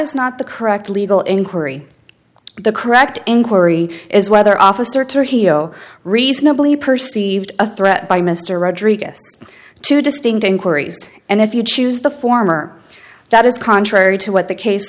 is not the correct legal inquiry the correct inquiry is whether officer to hero reasonably perceived a threat by mr rodriguez two distinct inquiries and if you choose the former that is contrary to what the case